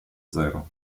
zero